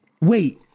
Wait